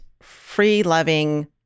free-loving